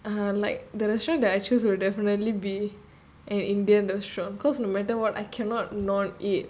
err like the restaurant that I choose will definitely be an indian restaurant cause no matter what I cannot not eat